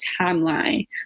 timeline